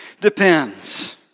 depends